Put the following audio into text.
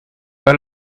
pas